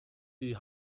die